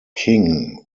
king